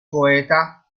poeta